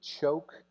choke